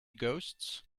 ghosts